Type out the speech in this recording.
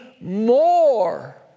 more